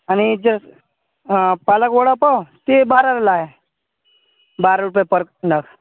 आणि जर पालक वडापाव ते बाराला आहे बारा रुपये पर नग